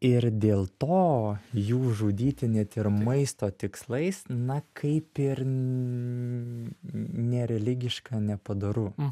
ir dėl to jų žudyti net ir maisto tikslais na kaip ir nereligiška nepadoru